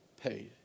paid